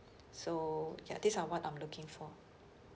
so ya these are what I'm looking for